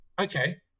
okay